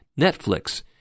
Netflix